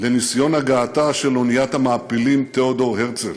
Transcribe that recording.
לניסיון הגעתה של אוניית המעפילים "תאודור הרצל".